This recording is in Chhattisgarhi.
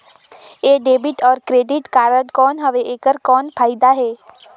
ये डेबिट अउ क्रेडिट कारड कौन हवे एकर कौन फाइदा हे?